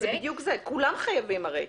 כולם חייבים הרי.